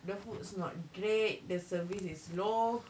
the food is not great the service is low